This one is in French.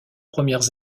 premières